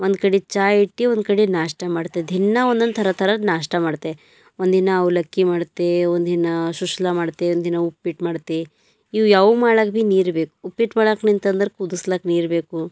ಒಂದು ಕಡೆ ಚಾಯ್ ಇಟ್ಟು ಒಂದು ಕಡೆ ನಾಷ್ಟ ಮಾಡ್ತೆ ದಿನಾ ಒಂದೊಂದು ಥರ ಥರದ್ದು ನಾಷ್ಟ ಮಾಡ್ತೆ ಒಂದು ದಿನ ಅವಲಕ್ಕಿ ಮಾಡ್ತೆ ಒಂದು ದಿನ ಸೂಸ್ಲಾ ಮಾಡ್ತೆ ಒಂದು ದಿನ ಉಪ್ಪಿಟ್ಟು ಮಾಡ್ತೆ ಇವು ಯಾವ ಮಾಡ್ಲಕ್ಕ ಭೀ ನೀರು ಬೇಕು ಉಪ್ಪಿಟ್ಟು ಮಾಡಾಕ ನಿಂತೆ ಅಂದ್ರೆ ಕುದುಸ್ಲಕ್ಕ ನೀರು ಬೇಕು